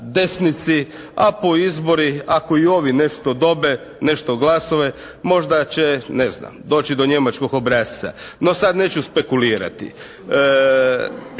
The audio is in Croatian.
desnici a po, izbori ako i ovi nešto dobe, nešto glasove možda će ne znam doći do njemačkog obrasca. No sad neću spekulirati.